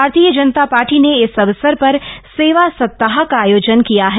भारतीय जनता पार्टी ने इस अवसर पर सेवा सप्ताह का आयोजन किया है